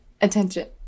attention